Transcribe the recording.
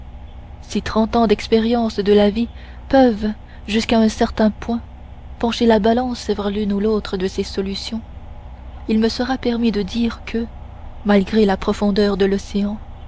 si trente ans d'expérience de la vie peuvent jusqu'à un certain point pencher la balance vers l'une ou l'autre de ces solutions il me sera permis de dire que malgré la profondeur de l'océan